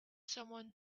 someone